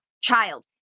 child